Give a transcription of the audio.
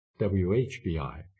WHBI